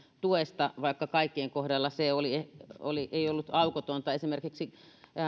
tuesta vaikka kaikkien kohdalla se ei ollut aukotonta esimerkiksi